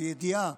בידיעה,